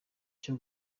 cyo